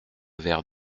verre